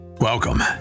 Welcome